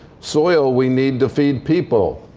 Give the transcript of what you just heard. soil we need to feed people.